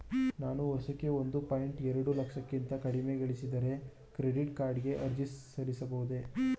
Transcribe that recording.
ನಾನು ವರ್ಷಕ್ಕೆ ಒಂದು ಪಾಯಿಂಟ್ ಎರಡು ಲಕ್ಷಕ್ಕಿಂತ ಕಡಿಮೆ ಗಳಿಸಿದರೆ ಕ್ರೆಡಿಟ್ ಕಾರ್ಡ್ ಗೆ ಅರ್ಜಿ ಸಲ್ಲಿಸಬಹುದೇ?